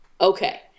Okay